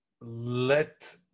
let